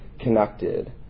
connected